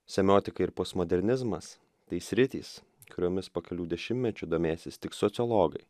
semiotikai ir postmodernizmas tai sritys kuriomis po kelių dešimmečių domėsis tik sociologai